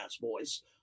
voice